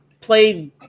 played